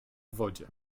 wodzie